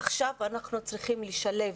עכשיו אנחנו צריכים לשלב,